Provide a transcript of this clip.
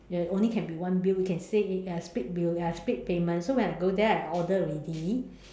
only can be one Bill can say uh split Bill split payment so when I go there I order already